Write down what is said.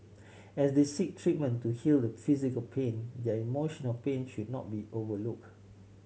as they seek treatment to heal the physical pain their emotional pain should not be overlook